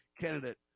candidate